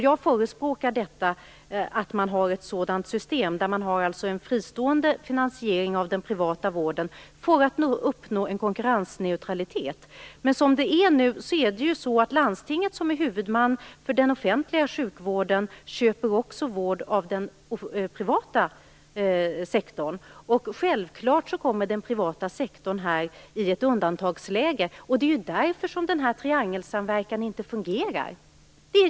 Jag förespråkar detta system. Man har en fristående finansiering av den privata vården för att uppnå en konkurrensneutralitet. Som det är nu köper landstinget, som är huvudman för den offentliga sjukvården, också vård av den privata sektorn. Självfallet kommer den privata sektorn här i ett undantagsläge. Det är därför denna triangelsamverkan inte fungerar.